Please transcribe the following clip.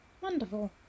wonderful